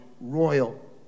royal